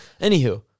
anywho